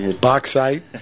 bauxite